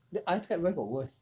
then ipad where got worst